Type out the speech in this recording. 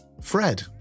Fred